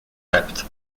dept